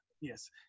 Yes